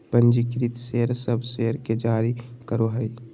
पंजीकृत शेयर सब शेयर के जारी करो हइ